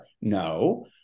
No